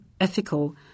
ethical